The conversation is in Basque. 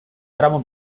gramo